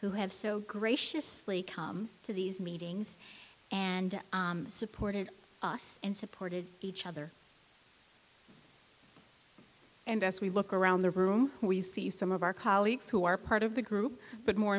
who have so graciously come to these meetings and supported us and supported each other and as we look around the room we see some of our colleagues who are part of the group but more